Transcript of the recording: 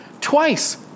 Twice